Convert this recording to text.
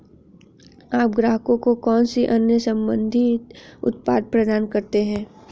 आप ग्राहकों को कौन से अन्य संबंधित उत्पाद प्रदान करते हैं?